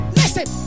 listen